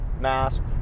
mask